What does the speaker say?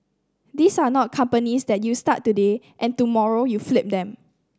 these are not companies that you start today and tomorrow you flip them